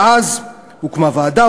ואז הוקמה ועדה,